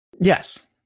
Yes